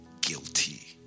guilty